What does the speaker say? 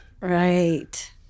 Right